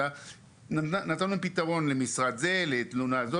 אלא נתנו פתרונות לתלונות.